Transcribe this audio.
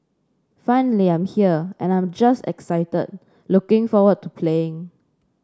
finally I'm here and I'm just excited looking forward to playing